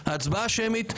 שמית,